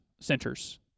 centers